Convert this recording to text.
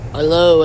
Hello